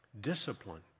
Discipline